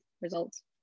results